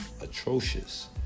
atrocious